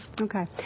Okay